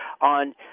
On